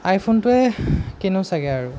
আইফোনটোৱে কিনো চাগে আৰু